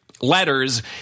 letters